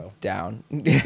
down